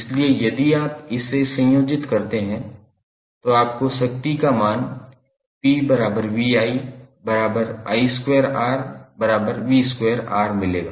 इसलिए यदि आप इन्हें संयोजित करते हैं तो आपको शक्ति का मान 𝑝𝑣𝑖𝑖2𝑅𝑣2𝑅 मिलेगा